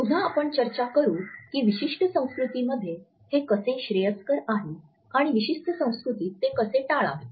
पुन्हा आपण चर्चा करू की विशिष्ट संस्कृतींमध्ये हे कसे श्रेयस्कर आहे आणि विशिष्ट संस्कृतीत ते कसे टाळावे